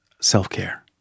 self-care